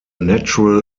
natural